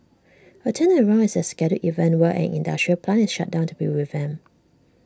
A turnaround is A scheduled event where an industrial plant is shut down to be revamped